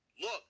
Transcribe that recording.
Look